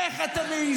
אין לך בושה.